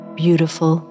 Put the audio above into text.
beautiful